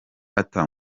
arthur